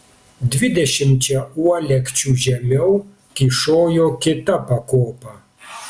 dvidešimčia uolekčių žemiau kyšojo kita pakopa